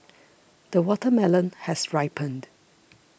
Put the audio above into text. the watermelon has ripened